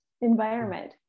environment